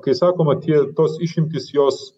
kai sakoma tie tos išimtys jos